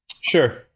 Sure